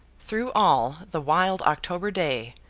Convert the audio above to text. through all the wild october day,